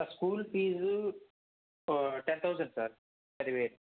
sir school fees ఆ ten thousand sir పదివేలు